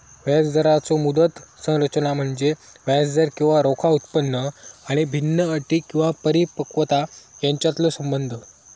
व्याजदराचो मुदत संरचना म्हणजे व्याजदर किंवा रोखा उत्पन्न आणि भिन्न अटी किंवा परिपक्वता यांच्यातलो संबंध